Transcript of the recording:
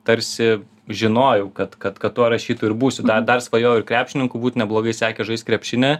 tarsi žinojau kad kad kad tuo rašytoju ir būsiu dar dar svajojau ir krepšininku būt neblogai sekės žaist krepšinį